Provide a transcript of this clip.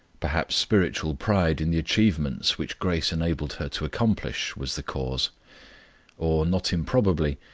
perhaps spiritual pride in the achievements which grace enabled her to accomplish was the cause or, not improbably,